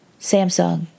Samsung